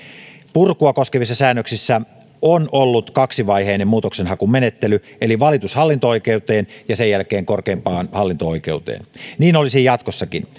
purkua koskevissa säännöksissä on ollut kaksivaiheinen muutoksenhakumenettely eli valitus hallinto oikeuteen ja sen jälkeen korkeimpaan hallinto oikeuteen niin olisi jatkossakin